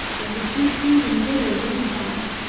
and with good feeding too in winter time.